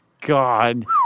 God